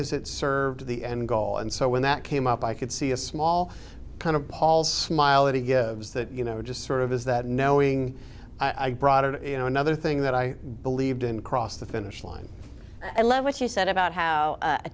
as it served the end goal and so when that came up i could see a small kind of paul's smile that he gives that you know just sort of is that knowing i brought it you know another thing that i believed in cross the finish line i love what you said about how